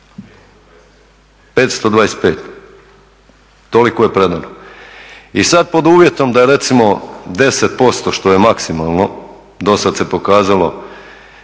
525, toliko je pred nama. I sad pod uvjetom da je recimo 10% što je maksimalno, dosad se pokazalo